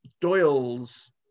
Doyle's